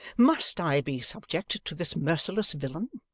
must i be subject to this merciless villain?